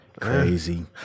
crazy